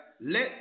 let